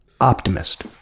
optimist